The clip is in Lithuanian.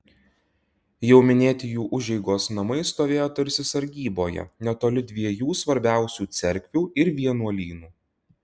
jau minėti jų užeigos namai stovėjo tarsi sargyboje netoli dviejų svarbiausių cerkvių ir vienuolynų